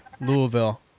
Louisville